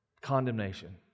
condemnation